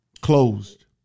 closed